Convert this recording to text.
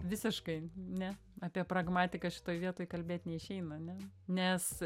visiškai ne apie pragmatiką šitoj vietoj kalbėt neišeina ne nes